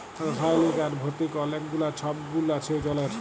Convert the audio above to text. রাসায়লিক আর ভতিক অলেক গুলা ছব গুল আছে জলের